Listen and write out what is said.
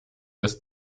ist